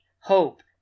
hope